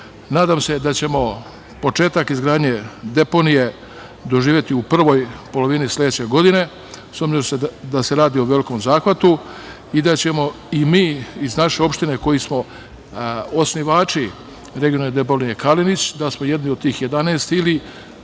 Nadam se da ćemo početak izgradnje deponije doživeti u prvoj polovini sledeće godine, s obzirom da se radi o velikom zahvatu, i da ćemo i mi iz naše opštine koji smo osnivači regionalne deponije „Kalenić“ da smo jedni od tih 11 ili